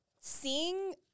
seeing